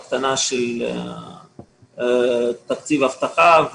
הקטנה של תקציב אבטחה,